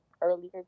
earlier